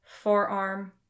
forearm